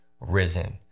Risen